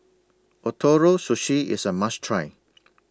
Ootoro Sushi IS A must Try